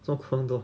做么这样多